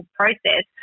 process